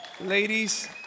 Ladies